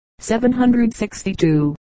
762